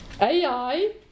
Ai